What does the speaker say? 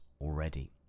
already